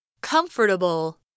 comfortable